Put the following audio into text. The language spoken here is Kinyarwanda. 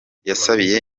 yasabiye